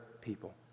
people